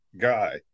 guy